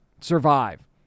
survive